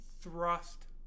Thrust